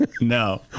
No